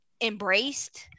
embraced